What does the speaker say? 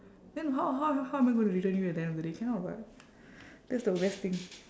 then how how how am I going to return you at the end of the day cannot what that's the best thing